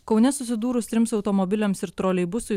kaune susidūrus trims automobiliams ir troleibusui